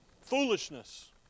foolishness